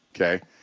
okay